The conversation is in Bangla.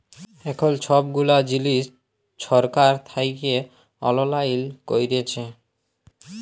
এখল ছব গুলা জিলিস ছরকার থ্যাইকে অললাইল ক্যইরেছে